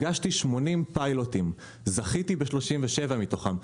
הגשתי 80 פיילוטים, וזכיתי ב-37 מתוכם.